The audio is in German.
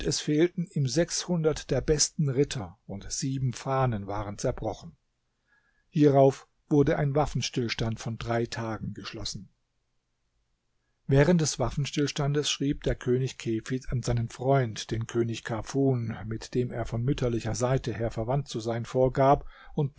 es fehlten ihm sechshundert der besten ritter und sieben fahnen waren zerbrochen hierauf wurde ein waffenstillstand von drei tagen geschlossen während des waffenstillstandes schrieb der könig kefid an seinen freund den könig kafun mit dem er von mütterlicher seite her verwandt zu sein vorgab und